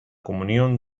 comunión